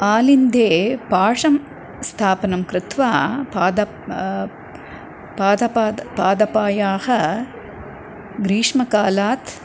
आलिन्दे पाशं स्थापनं कृत्वा पादपान् पादपान् पादपान् ग्रीष्मकालात्